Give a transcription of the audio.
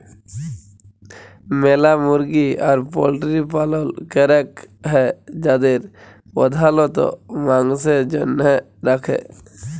ম্যালা মুরগি আর পল্ট্রির পালল ক্যরাক হ্যয় যাদের প্রধালত মাংসের জনহে রাখে